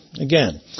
again